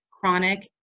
chronic